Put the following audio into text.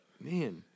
man